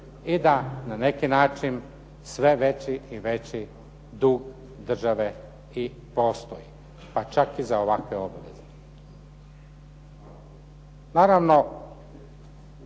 i da na neki način sve veći i veći dug države i postoji, pa čak i za ovakve obaveze. Naravno,